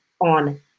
on